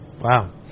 Wow